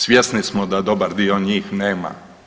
Svjesni smo da dobar dio njih nema.